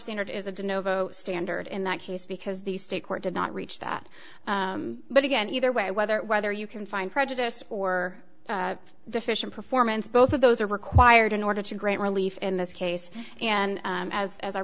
standard is a to no vote standard in that case because the state court did not reach that but again either way whether whether you can find prejudiced or deficient performance both of those are required in order to great relief in this case and as as our